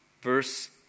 Verse